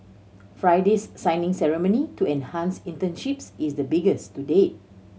Friday's signing ceremony to enhance internships is the biggest to date